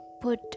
put